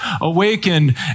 awakened